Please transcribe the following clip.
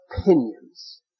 opinions